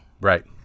Right